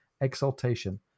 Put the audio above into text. exaltation